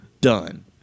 done